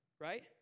right